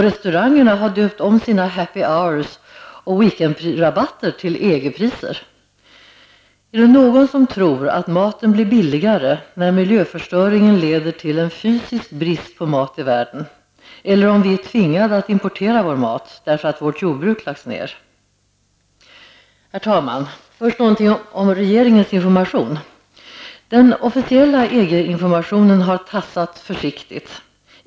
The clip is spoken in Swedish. Restauranger har döpt om sina Är det någon som tror att maten blir billigare när miljöförstöringen rent fysiskt leder till en brist på mat i världen eller om vi är tvingade att importera vår mat, eftersom vårt jordbruk lagts ned? Herr talman! Jag vill först säga något om regeringens information. Den officiella EG informationen har tassat försiktigt.